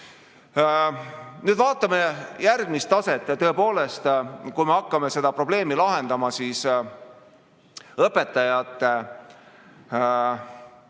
Nüüd vaatame järgmist taset. Tõepoolest, kui me hakkame seda probleemi lahendama, siis [peame